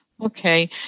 Okay